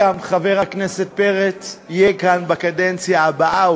חבר הכנסת פרץ יהיה כאן גם בקדנציה הבאה.